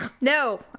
No